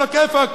עלא כיפאק.